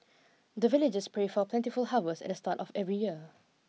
the villagers pray for plentiful harvest at the start of every year